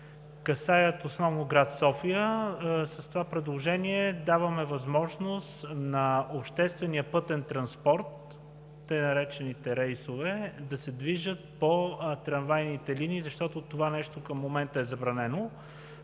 касае основно град София. С това предложение даваме възможност на обществения пътен транспорт, така наречените „рейсове“ да се движат по трамвайните линии, защото това нещо към момента е забранено.